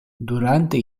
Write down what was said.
durante